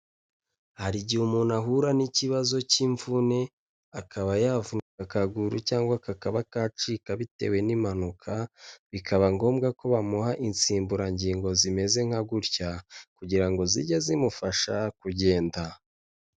Hari igihe umuntu ahura n'ikibazo cy'imvune akaba yavunika akaguru cyangwa kakaba kacika bitewe n'impanuka, bikaba ngombwa ko bamuha insimburangingo zimeze nka gutya. Kugira ngo zijye zimufasha kugenda.